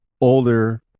older